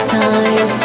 time